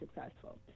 successful